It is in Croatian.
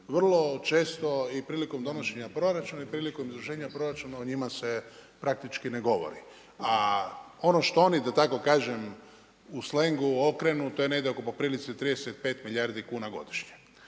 Vrlo često i prilikom donošenja proračuna i prilikom izvršenja proračuna o njima se ne govori. A ono što oni, da tako kažem u slengu okrenu, to je negdje po prilici oko 35 milijardi godišnje.